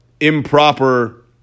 improper